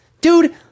dude